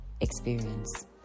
experience